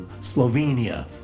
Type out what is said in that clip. Slovenia